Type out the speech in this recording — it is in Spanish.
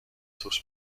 sus